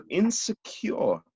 insecure